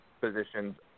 positions